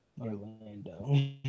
Orlando